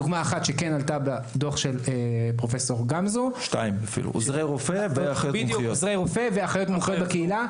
דוגמאות שעלו בדוח של פרופ' גמזו היא עוזרי רופא ואחיות מומחיות בקהילה.